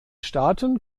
staaten